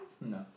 no